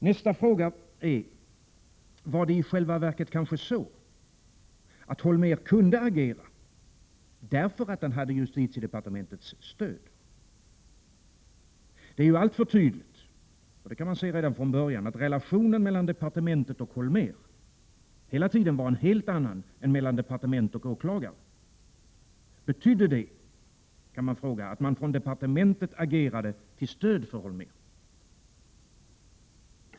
Nästa fråga är: Var det i själva verket så, att Holmér kunde agera, därför att han hade justitiedepartementets stöd? Det är ju alltför tydligt — det kan man se redan från början — att relationen mellan departementet och Holmér hela tiden var en helt annan än mellan departement och åklagare. Betydde det, att man från departementet agerade till stöd för Holmér?